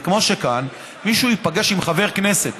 זה כמו שכאן מישהו ייפגש עם חבר כנסת,